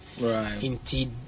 Right